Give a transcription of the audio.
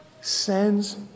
sends